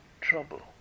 trouble